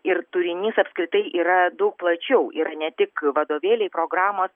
ir turinys apskritai yra daug plačiau yra ne tik vadovėliai programos